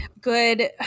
good